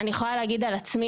אני יכולה להגיד על עצמי,